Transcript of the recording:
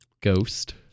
Ghost